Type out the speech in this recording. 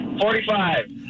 Forty-five